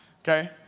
okay